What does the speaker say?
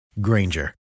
Granger